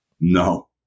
No